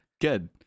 good